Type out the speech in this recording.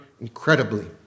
incredibly